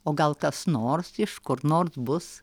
o gal kas nors iš kur nors bus